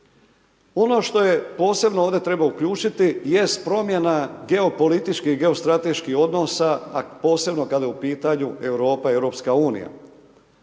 Ono što posebno ovdje treba uključiti jest promjena geopolitičkih i geostrateških odnosa a posebno kad je u pitanju Europa i EU. Sasvim